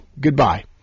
Goodbye